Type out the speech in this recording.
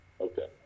Okay